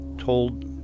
told